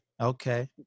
Okay